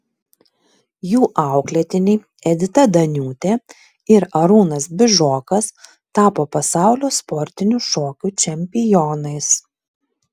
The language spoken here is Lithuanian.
jų auklėtiniai edita daniūtė ir arūnas bižokas tapo pasaulio sportinių šokių čempionais